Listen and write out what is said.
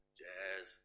jazz